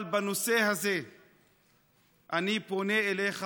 אבל בנושא הזה אני פונה אליך